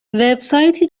وبسایتی